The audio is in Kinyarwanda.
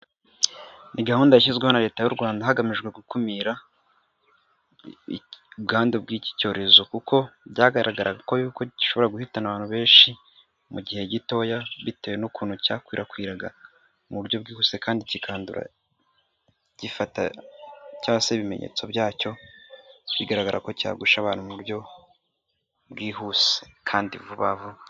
Ni gahunda yashyizweho na leta y'u Rwanda hagamijwe gukumira ubwandu bw'iki cyorezo kuko byagaragaraga ko yuko gishobora guhitana abantu benshi mu gihe gitoya bitewe n'ukuntu cyakwirakwiraga, mu buryo bwihuse kandi kikandura gifata cyangwa se ibimenyetso byacyo bigaragara ko cyagusha abantu mu buryo bwihuse kandi vuba vuba.